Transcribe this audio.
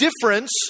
difference